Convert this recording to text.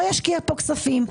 לא ישקיע פה כספים.